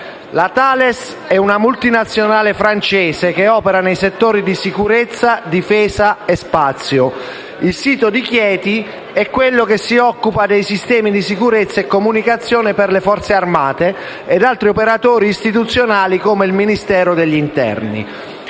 La Thales è una multinazionale francese che opera nei settori sicurezza, difesa e spazio. Il sito di Chieti è quello che si occupa dei sistemi di sicurezza e comunicazione per le Forze armate ed altri operatori istituzionali come il Ministero dell'interno.